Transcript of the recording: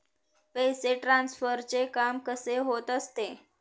पैसे ट्रान्सफरचे काम कसे होत असते?